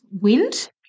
wind